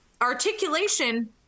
articulation